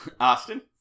Austin